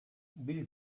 bill